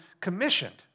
commissioned